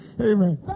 Amen